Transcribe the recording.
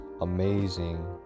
amazing